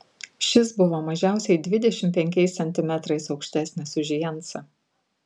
šis buvo mažiausiai dvidešimt penkiais centimetrais aukštesnis už jensą